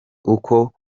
uko